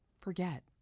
Forget